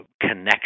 connection